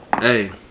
Hey